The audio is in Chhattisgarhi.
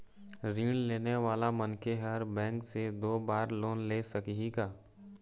ऋण लेने वाला मनखे हर बैंक से दो बार लोन ले सकही का?